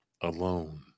Alone